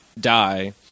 die